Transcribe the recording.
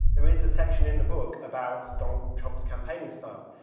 there is a section in the book about donald trump's campaigning style.